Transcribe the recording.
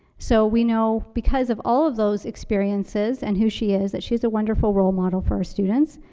so we know because of all of those experiences, and who she is, that she is a wonderful role model for our students,